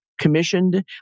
commissioned